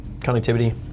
connectivity